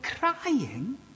crying